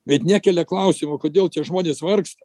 bet nekelia klausimo kodėl žmonės vargsta